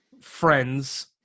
friends